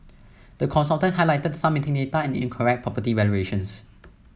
the consultants highlighted some missing data and incorrect property valuations